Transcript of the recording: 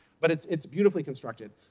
but it's it's beautifully constructed